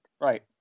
Right